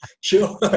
Sure